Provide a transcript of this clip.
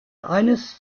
eines